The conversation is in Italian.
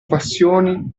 passioni